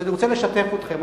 אז אני רוצה לשתף אתכם.